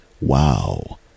Wow